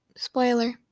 Spoiler